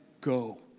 go